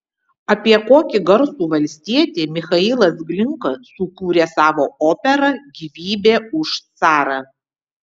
apie kokį garsų valstietį michailas glinka sukūrė savo operą gyvybė už carą